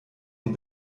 ihn